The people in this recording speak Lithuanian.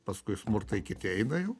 paskui smurtai kiti eina jau